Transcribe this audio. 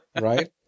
Right